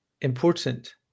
important